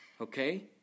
okay